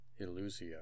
illusio